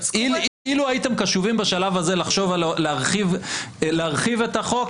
אילו הייתם קשובים בשלב הזה לחשוב להרחיב את החוק,